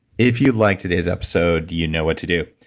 if you liked today's episode, you know what to do.